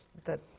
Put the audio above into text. that